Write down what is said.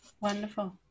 wonderful